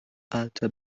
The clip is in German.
alte